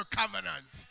covenant